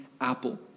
apple